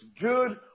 Good